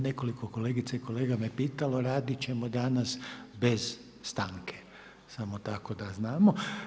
Nekoliko kolegica i kolega me pitalo radit ćemo danas bez stanke, samo tako da znamo.